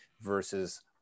versus